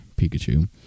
Pikachu